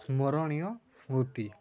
ସ୍ମରଣୀୟ ସ୍ମୃତି